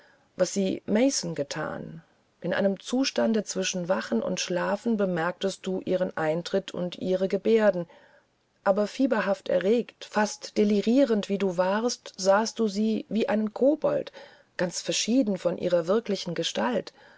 was sie mason gethan in einem zustande zwischen wachen und schlafen bemerktest du ihren eintritt und ihre geberden aber fieberhaft erregt fast delirierend wie du warst sahst du sie wie einen kobold ganz verschieden von ihrer wirklichen gestalt